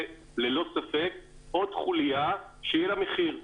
זה ללא ספק עוד חוליה שיהיה לה מחיר.